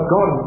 God